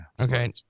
Okay